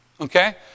Okay